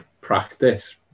practice